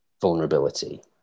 vulnerability